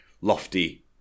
lofty